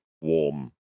warm